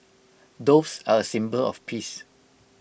doves are A symbol of peace